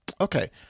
Okay